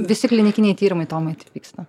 visi klinikiniai tyrimai tomai taip vyksta